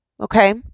Okay